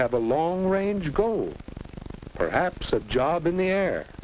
have a long range goal perhaps a job in the air